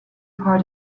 part